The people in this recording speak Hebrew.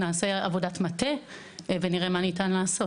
נעשה עבודת מטה ונראה מה ניתן לעשות.